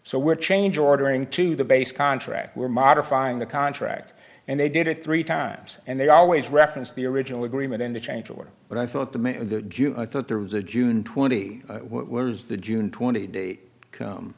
so we're change ordering to the base contract we're modifying the contract and they did it three times and they always reference the original agreement and the change or what i thought the man thought there was a june twenty the june twenty date